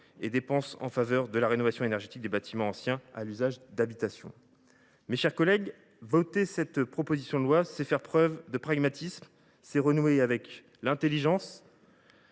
des dépenses en faveur de la rénovation énergétique des bâtiments anciens à usage d’habitation. Mes chers collègues, voter cette proposition de loi, c’est faire preuve de pragmatisme. C’est renouer avec l’intelligence,